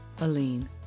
Aline